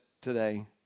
today